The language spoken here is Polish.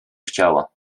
chciała